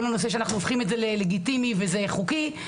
הנושא שאנחנו הופכים את זה ללגיטימי וזה חוקי,